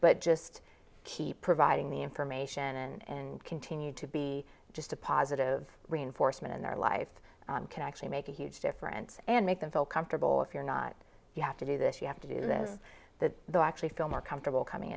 but just keep providing the information and continue to be just a positive reinforcement in their life can actually make a huge difference and make them feel comfortable if you're not you have to do this you have to do this or that though i actually feel more comfortable coming